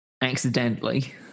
accidentally